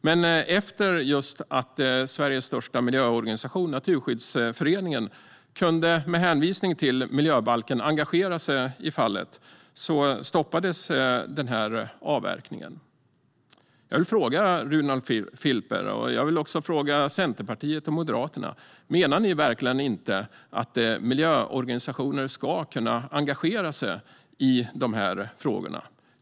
Men efter att Sveriges största miljöorganisation, Naturskyddsföreningen, med hänvisning till miljöbalken kunde engagera sig i fallet stoppades avverkningen. Jag vill fråga Runar Filper, Centerpartiet och Moderaterna: Menar ni verkligen att miljöorganisationer inte ska kunna engagera sig i de här frågorna?